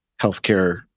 healthcare